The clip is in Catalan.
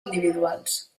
individuals